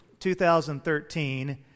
2013